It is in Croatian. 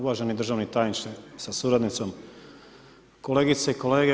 Uvaženi državni tajniče sa suradnicom, kolegice i kolege.